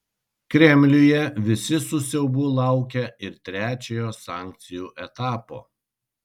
kremliuje visi su siaubu laukia ir trečiojo sankcijų etapo